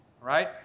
right